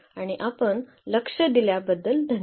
आणि आपण लक्ष दिल्याबद्दल धन्यवाद